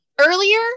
Earlier